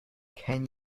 can